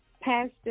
Pastor